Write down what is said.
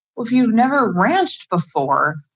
if you've never ranched before,